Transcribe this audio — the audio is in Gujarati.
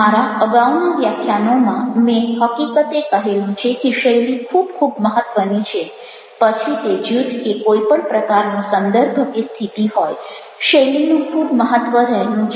મારા અગાઉના વ્યાખ્યાનોમાં મેં હકીકતે કહેલું છે કે શૈલી ખૂબ ખૂબ મહત્ત્વની છે પછી તે જૂથ કે કોઈ પણ પ્રકારનો સંદર્ભ કે સ્થિતિ હોય શૈલીનું ખૂબ મહત્ત્વ રહેલું છે